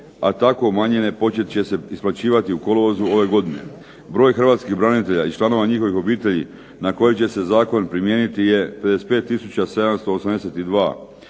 a tako umanjenje počet će se isplaćivati u kolovozu ove godine. Broj hrvatskih branitelja i članova njihovih obitelji na koje će se zakon primijeniti je 55 782,